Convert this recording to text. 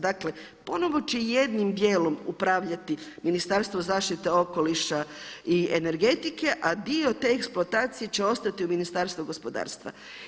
Dakle ponovo će jednim dijelom upravljati Ministarstvo zaštite okoliša i energetike a dio te eksploatacije će ostati u Ministarstvu gospodarstva.